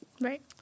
Right